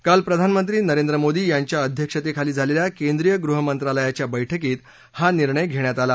काल प्रधानमंत्री मोदी यांच्या अध्यक्षतेखाली झालेल्या केंद्रीय गृहमंत्रालयाच्या बैठकीत हा निर्णय घेण्यात आला